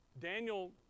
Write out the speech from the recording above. Daniel